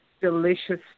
delicious